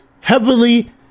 heavily